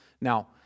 Now